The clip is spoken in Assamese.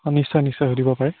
নিশ্চয় নিশ্চয় সুধিব পাৰে